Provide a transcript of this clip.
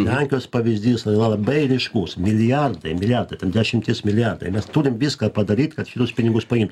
lenkijos pavyzdys labai ryškus milijardai milijardai ten dešimtys milijardai mes turim viską padaryt kad pinigus paimt